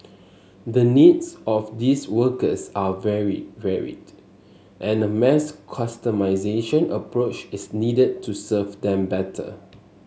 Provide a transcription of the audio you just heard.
the needs of these workers are very varied and a mass customisation approach is needed to serve them better